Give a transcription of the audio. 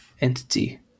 entity